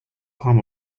palm